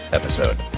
episode